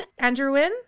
Andrewin